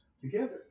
together